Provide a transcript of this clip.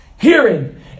hearing